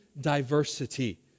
diversity